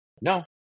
no